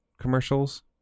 commercials